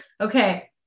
Okay